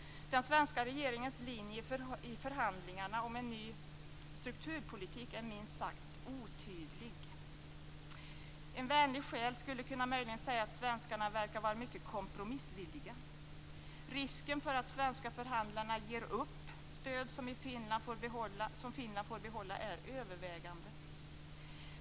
Den svenska regeringens linje i förhandlingarna om en ny strukturpolitik är minst sagt otydlig. En vänlig själ skulle möjligen säga att svenskarna verkar vara mycket kompromissvilliga. Risken för att svenska förhandlare ger upp stöd som Finland får behålla är överhängande.